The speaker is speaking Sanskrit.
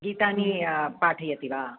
गीतानि पाठयति वा